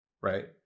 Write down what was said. right